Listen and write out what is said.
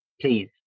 please